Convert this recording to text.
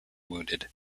wounded